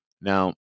Now